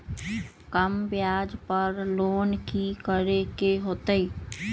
कम ब्याज पर लोन की करे के होतई?